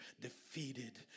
defeated